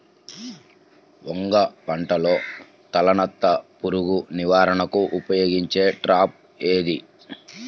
వంగ పంటలో తలనత్త పురుగు నివారణకు ఉపయోగించే ట్రాప్ ఏది?